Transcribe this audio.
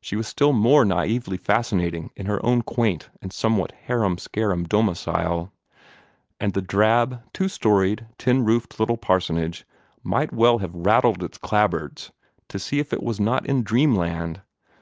she was still more naively fascinating in her own quaint and somewhat harum-scarum domicile and the drab, two-storied, tin-roofed little parsonage might well have rattled its clapboards to see if it was not in dreamland